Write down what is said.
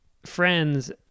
Friends